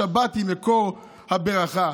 השבת היא מקור הברכה.